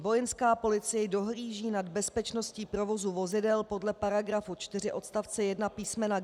Vojenská policie dohlíží nad bezpečností provozu vozidel podle § 4 odst. 1 písm. g)...